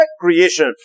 creation